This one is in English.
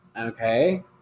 Okay